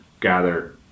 gather